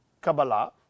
Kabbalah